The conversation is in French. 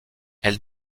elle